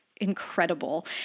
Incredible